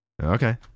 Okay